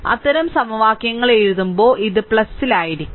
അത്തരം സമവാക്യങ്ങൾ എഴുതുമ്പോ ഇതു ൽ ആയിരിക്കും